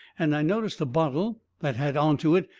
and i noticed a bottle that had onto it,